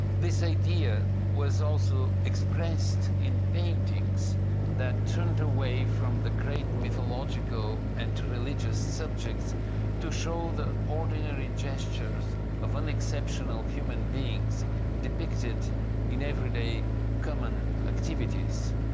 this idea was also expressed in paintings that turned away from the great mythological and religious subjects to show the ordinary gestures of unexceptional human beings depicted in everyday common activities.